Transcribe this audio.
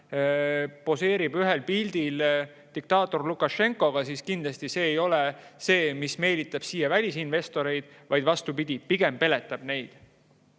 poseerib ühel pildil diktaator Lukašenkaga, siis kindlasti see ei ole see, mis meelitab siia välisinvestoreid, vaid vastupidi, see peletab neid.